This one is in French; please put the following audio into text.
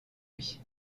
lui